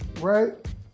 right